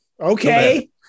Okay